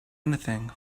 anything